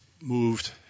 moved